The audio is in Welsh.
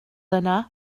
yna